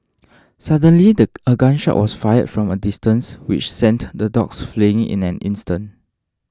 suddenly the a gun shot was fired from a distance which sent the dogs fleeing in an instant